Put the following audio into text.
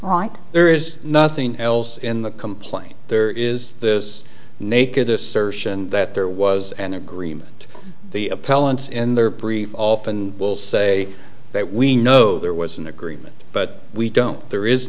right there is nothing else in the complaint there is this naked assertion that there was an agreement the appellant's in their brief often will say that we know there was an agreement but we don't there is